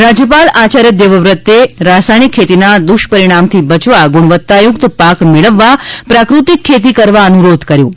રાજ્ય પાલ રાજ્પાલ આચાર્ય દેવવ્રતે રાસાયણિક ખેતીના દુષ્પરિણામથી બચવા અ ગુણવત્તાયુક્ત પાક મેળવવા પ્રાકૃતિક ખેતી કરવા અનુરોધ કર્યો છે